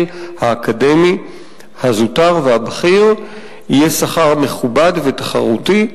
האקדמי הזוטר והבכיר יהיה שכר מכובד ותחרותי,